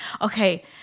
okay